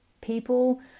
people